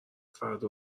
فردا